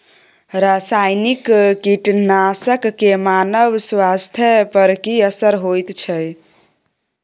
रसायनिक कीटनासक के मानव स्वास्थ्य पर की असर होयत छै?